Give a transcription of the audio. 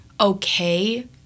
okay